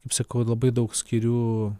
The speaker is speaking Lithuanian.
kaip sakau labai daug skiriu